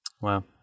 wow